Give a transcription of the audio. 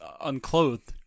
unclothed